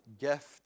gift